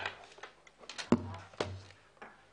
הישיבה נעולה.